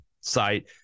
site